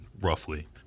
roughly